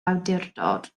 awdurdod